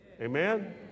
amen